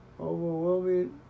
Overwhelming